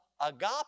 agape